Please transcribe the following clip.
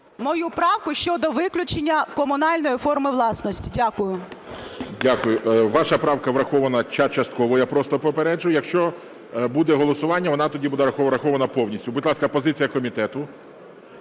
мою правку щодо виключення комунальної форми власності. Дякую. ГОЛОВУЮЧИЙ. Дякую. Ваша правка врахована частково. Я просто попереджаю, якщо буде голосування, вона тоді буде врахована повністю. Будь ласка, позиція комітету.